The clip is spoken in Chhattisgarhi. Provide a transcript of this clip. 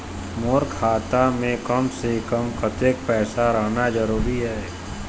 मोर खाता मे कम से से कम कतेक पैसा रहना जरूरी हे?